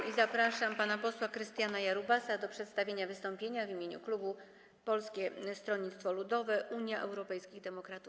I zapraszam pana posła Krystiana Jarubasa do przedstawienia wystąpienia w imieniu klubu Polskiego Stronnictwa Ludowego - Unii Europejskich Demokratów.